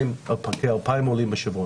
כ-2,000 עולים בשבוע.